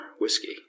whiskey